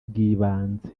bw’ibanze